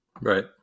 Right